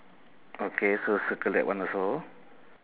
okay so circle that one also